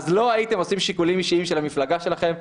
אז לא הייתם עושים שיקולים אישיים של המפלגה שלכם,